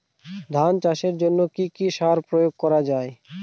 ধান চাষের জন্য কি কি সার প্রয়োগ করা য়ায়?